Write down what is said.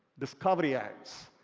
discovery ads.